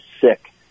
sick